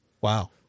Wow